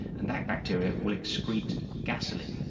and that bacteria will excrete gasoline,